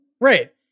Right